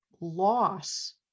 loss